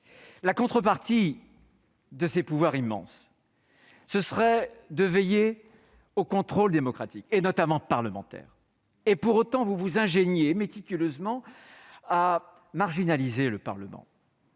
La contrepartie de ces pouvoirs immenses serait de veiller au contrôle démocratique et notamment parlementaire. Pour autant, vous vous ingéniez méticuleusement à marginaliser le Parlement.